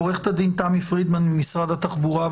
עו"ד תמי פרידמן ממשרד התחבורה,